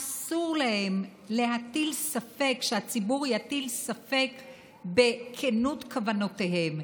אסור להם שהציבור יטיל ספק בכנות כוונותיהם.